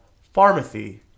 Pharmacy